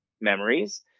memories